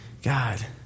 God